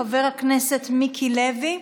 חבר הכנסת מיקי לוי,